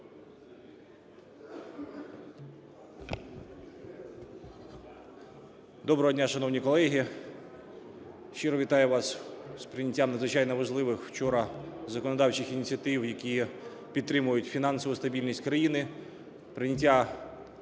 Доброго дня, шановні колеги! Щиро вітаю вас з прийняттям надзвичайно важливих вчора законодавчих ініціатив, які підтримують фінансову стабільність країни, прийняття